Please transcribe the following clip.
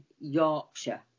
Yorkshire